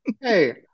Hey